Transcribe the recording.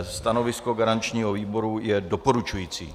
Stanovisko garančního výboru je doporučující.